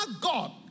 God